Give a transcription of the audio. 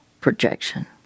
projection